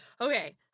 Okay